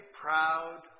proud